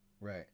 Right